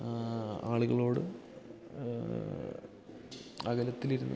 ആ ആളുകളോട് അകലത്തിലിരുന്നു